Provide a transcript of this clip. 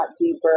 deeper